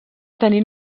tenir